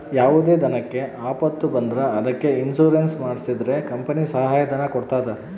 ಯಾವುದೇ ದನಕ್ಕೆ ಆಪತ್ತು ಬಂದ್ರ ಅದಕ್ಕೆ ಇನ್ಸೂರೆನ್ಸ್ ಮಾಡ್ಸಿದ್ರೆ ಕಂಪನಿ ಸಹಾಯ ಧನ ಕೊಡ್ತದ